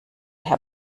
herr